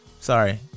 sorry